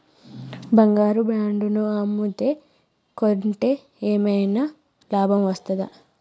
బంగారు బాండు ను అమ్మితే కొంటే ఏమైనా లాభం వస్తదా?